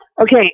Okay